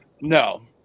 No